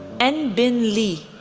and bin lee,